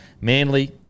Manly